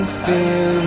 feel